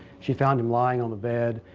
she found him lying on the bed,